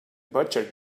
butcher